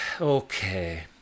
Okay